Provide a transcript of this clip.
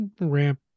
ramp